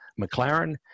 McLaren